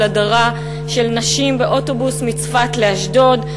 הדרה של נשים באוטובוס מצפת לאשדוד.